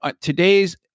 today's